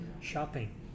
shopping